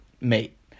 mate